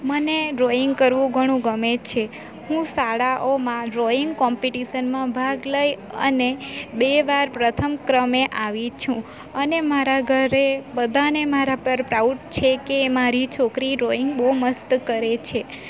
મને ડ્રોઈંગ કરવું ઘણું ગમે છે હું શાળાઓમાં ડ્રોઈંગ કોમ્પીટીશનમાં ભાગ લઈ અને બે વાર પ્રથમ ક્રમે આવી છું અને મારા ઘરે બધાને મારા પર પ્રાઉડ છે કે મારી છોકરી ડ્રોઈંગ બહુ મસ્ત કરે છે